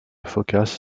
phocas